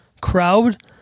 crowd